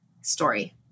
story